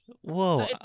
whoa